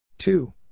Two